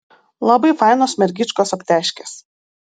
labai fainos mergyčkos aptežkės